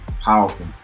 Powerful